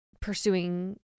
pursuing